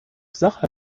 sacher